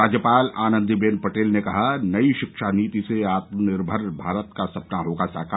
राज्यपाल आनन्दीबेन पटेल ने कहा नई शिक्षा नीति से आत्मनिर्भर भारत का सपना होगा साकार